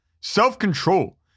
self-control